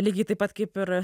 lygiai taip pat kaip ir